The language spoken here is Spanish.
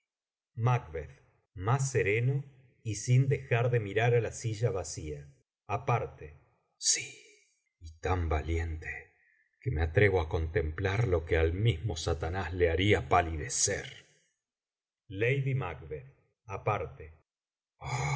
macb más sereno y sin dejar de mirar á la silla vacía aparte sí y tan valiente que me atrevo á contemplar lo que al mismo satanás le haría palidecer lady mac